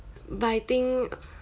but I think